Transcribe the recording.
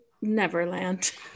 Neverland